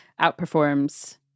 outperforms